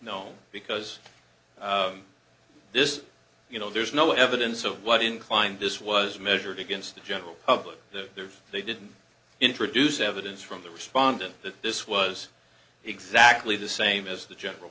no because this you know there's no evidence of what inclined this was measured against the general public there if they didn't introduce evidence from the respondent that this was exactly the same as the general